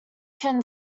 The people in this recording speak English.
can